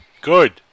good